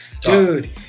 Dude